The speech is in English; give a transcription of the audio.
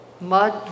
mud